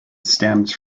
stems